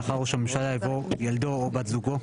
לאחר 'ראש הממשלה' יבוא 'ילדו או בת זוגו'.